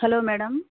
hello madam